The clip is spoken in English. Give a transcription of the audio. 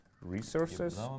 resources